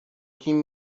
tím